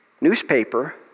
newspaper